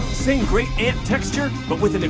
same great ant texture but with